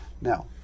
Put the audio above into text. Now